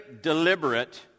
deliberate